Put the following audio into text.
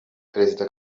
perezida